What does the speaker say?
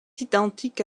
identique